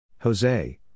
Jose